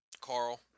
Carl